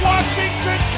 Washington